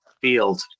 field